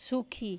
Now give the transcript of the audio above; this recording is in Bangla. সুখী